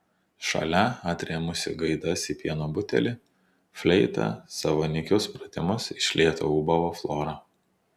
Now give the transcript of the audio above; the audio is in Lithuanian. šalia atrėmusi gaidas į pieno butelį fleita savo nykius pratimus iš lėto ūbavo flora